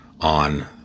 on